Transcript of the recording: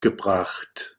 gebracht